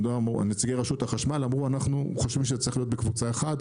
נציגי רשות החשמל אמרו אנחנו חושבים שזה צריך להיות בקבוצה 1,